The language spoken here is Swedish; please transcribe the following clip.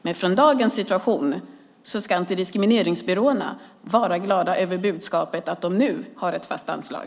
Men i dagens situation ska antidiskrimineringsbyråerna vara glada över budskapet att de nu har ett fast anslag.